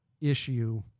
issue